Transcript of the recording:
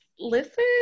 listen